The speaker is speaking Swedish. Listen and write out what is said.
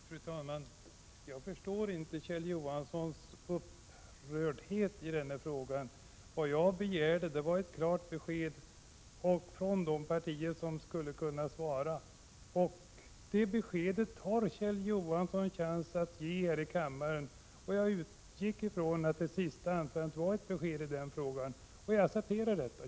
Fru talman! Jag förstår inte Kjell Johanssons upprördhet i denna fråga. Vad jag begärde var ett klart besked från de partier som skulle kunna svara, och det beskedet har Kjell Johansson chans att ge här i kammaren. Jag utgick från att det senaste anförandet var ett besked i frågan, och jag accepterar det.